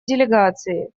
делегации